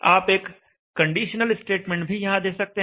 आप एक conditional statement भी यहां दे सकते हैं